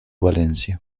valencia